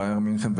בבאיירן מינכן,